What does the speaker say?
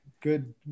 good